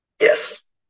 Yes